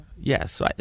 Yes